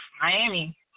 Miami